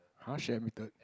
!huh! she admitted